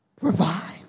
revive